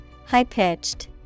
high-pitched